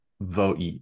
vote